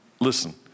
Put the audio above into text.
listen